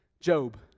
Job